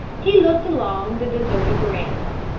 he looked along the deserted veranda.